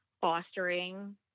fostering